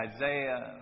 Isaiah